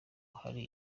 hari